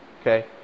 okay